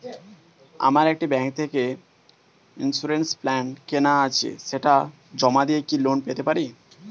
আমার একটি ব্যাংক থেকে ইন্সুরেন্স প্ল্যান কেনা আছে সেটা জমা দিয়ে কি লোন পেতে পারি?